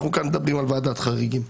אנחנו מדברים כאן על ועדת חריגים.